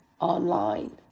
online